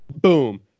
boom